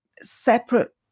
separate